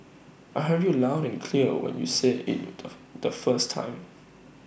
I heard you loud and clear when you said IT the first time